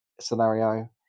scenario